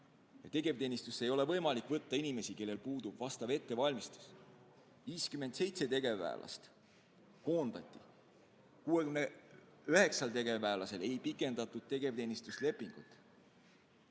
Tegevteenistusse ei ole võimalik võtta inimesi, kellel puudub vastav ettevalmistus. 57 tegevväelast koondati, 69 tegevväelasel ei pikendatud tegevteenistuslepingut,